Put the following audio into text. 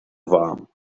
warm